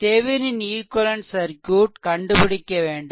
Thevenin equivalent circuit கண்டுபிடிக்க வேண்டும்